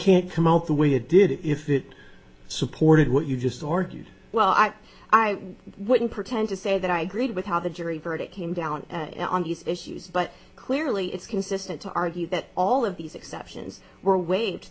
can't come out the way it did if that supported what you just argued well i i wouldn't pretend to say that i agreed with how the jury verdict came down on these issues but clearly it's consistent to argue that all of these exceptions were wa